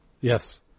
Yes